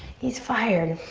he's fired.